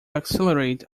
accelerate